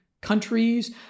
countries